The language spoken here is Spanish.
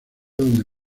donde